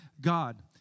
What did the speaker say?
God